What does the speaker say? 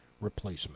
replacement